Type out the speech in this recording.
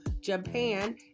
Japan